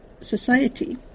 society